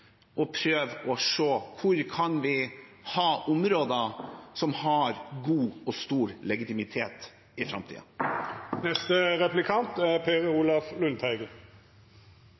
og prøve å se hvor det kan være områder som har god og stor legitimitet i framtiden. Regjeringspartiene er